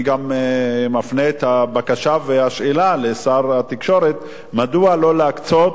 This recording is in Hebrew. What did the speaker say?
אני גם מפנה את הבקשה ואת השאלה לשר התקשורת: מדוע לא להקצות